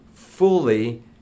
fully